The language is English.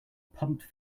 pumped